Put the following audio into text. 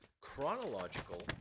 chronological